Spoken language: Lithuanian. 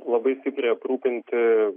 labai stipriai aprūpinti